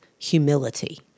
humility